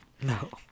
No